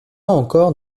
encore